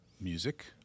music